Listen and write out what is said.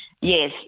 yes